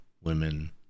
women